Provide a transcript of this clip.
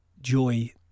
joy